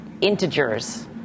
integers